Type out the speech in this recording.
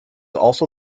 also